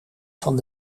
van